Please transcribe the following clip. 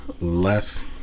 less